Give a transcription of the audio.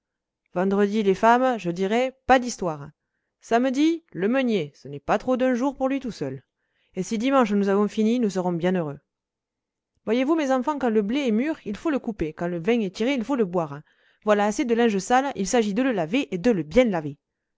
vendredi les femmes je dirai pas d'histoires samedi le meunier ce n'est pas trop d'un jour pour lui tout seul et si dimanche nous avons fini nous serons bien heureux voyez-vous mes enfants quand le blé est mûr il faut le couper quand le vin est tiré il faut le boire voilà assez de linge sale il s'agit de le laver et de le bien laver